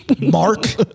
Mark